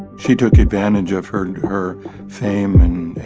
she took advantage of her and her fame and,